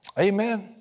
Amen